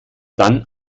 dann